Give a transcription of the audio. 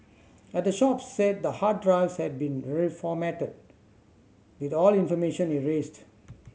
at the shops said the hard drives had been reformatted with all information erased